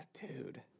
dude